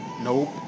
nope